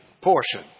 portion